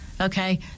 Okay